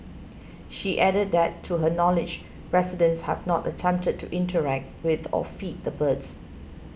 she added that to her knowledge residents have not attempted to interact with or feed the birds